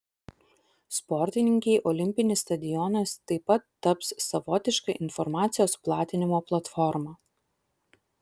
sportininkei olimpinis stadionas taip pat taps savotiška informacijos platinimo platforma